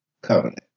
covenant